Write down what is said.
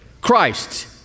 Christ